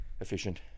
efficient